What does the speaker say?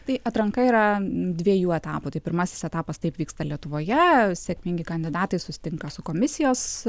tai atranka yra dviejų etapų tai pirmasis etapas taip vyksta lietuvoje sėkmingi kandidatai susitinka su komisijos